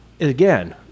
again